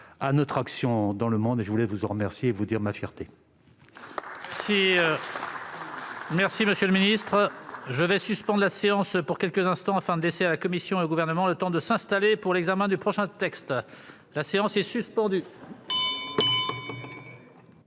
à notre action dans le monde. Je voulais vous en remercier et vous redire ma fierté.